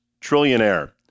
trillionaire